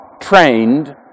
trained